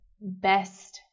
best